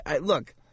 Look